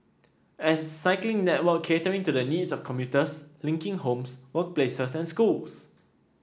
a cycling network catering to the needs of commuters linking homes workplaces and schools